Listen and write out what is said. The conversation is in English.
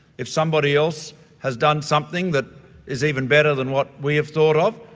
if somebody else has done something that is even better than what we have thought of,